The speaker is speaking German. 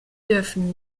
dürfen